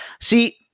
See